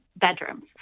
bedrooms